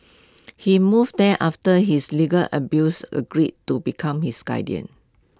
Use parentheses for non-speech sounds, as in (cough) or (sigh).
(noise) he moved there after his legal abuser agreed to become his guardian